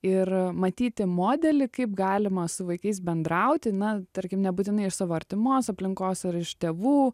ir matyti modelį kaip galima su vaikais bendrauti na tarkim nebūtinai iš savo artimos aplinkos ar iš tėvų